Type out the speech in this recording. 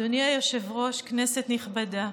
אדוני היושב-ראש, כנסת נכבדה,